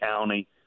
County